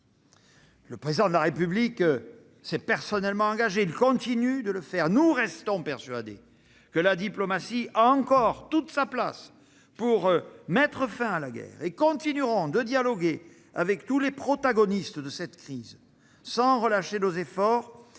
Le Président de la République s'est personnellement engagé et continue de le faire. Nous restons persuadés que la diplomatie a encore toute sa place pour mettre fin à la guerre et nous continuerons de dialoguer avec tous les protagonistes de cette crise, sans relâcher nos efforts